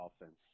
offense